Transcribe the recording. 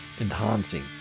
enhancing